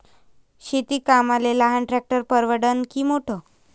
शेती कामाले लहान ट्रॅक्टर परवडीनं की मोठं?